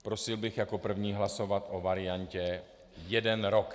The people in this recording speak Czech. Prosil bych jako první hlasovat o variantě jeden rok.